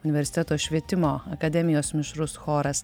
universiteto švietimo akademijos mišrus choras